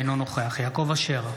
אינו נוכח יעקב אשר,